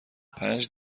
پنج